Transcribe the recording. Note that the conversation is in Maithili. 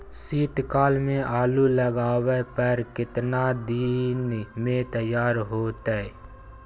शीत काल में आलू लगाबय पर केतना दीन में तैयार होतै?